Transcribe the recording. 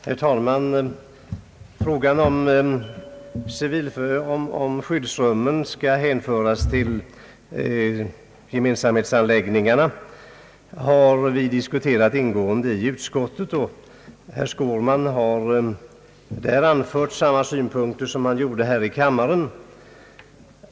Herr talman! Frågan «huruvida skyddsrum skall hänföras till gemensamhetsanläggningar eller ej har vi diskuterat ingående i utskottet, och herr Skårman har där anfört samma synpunkter som han framförde här i kammaren.